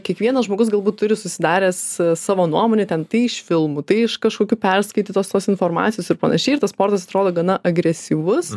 kiekvienas žmogus galbūt turi susidaręs savo nuomonę ten tai iš filmų tai iš kažkokių perskaitytos tos informacijos ir panašiai ir tas sportas atrodo gana agresyvus